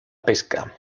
pesca